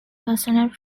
personal